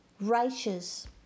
righteous